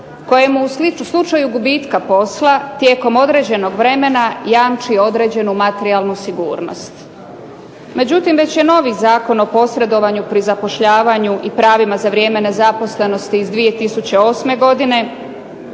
kojemu u slučaju gubitka posla tijekom određenog vremena jamči određenu materijalnu sigurnost, međutim već je novi Zakon o posredovanju pri zapošljavanju i pravima za vrijeme nezaposlenosti iz 2008. godine,